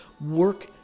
work